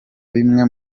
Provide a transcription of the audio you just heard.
bimwe